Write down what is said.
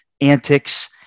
antics